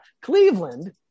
Cleveland